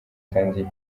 kandi